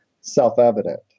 self-evident